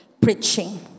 preaching